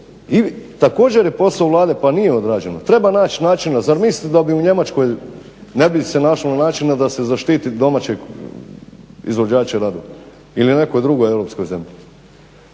i također je posao Vlade pa nije odrađeno. Treba naći načina, zar mislite da u Njemačkoj ne bi se našlo načina da se zaštiti domaćeg izvođača radova ili nekoj drugoj europskoj zemlji.